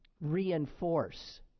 reinforce